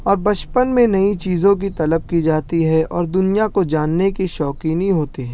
اب بچپن میں نئی چیزوں کی طلب کی جاتی ہے اور دینا کو جاننے کی شوقینی ہوتے ہیں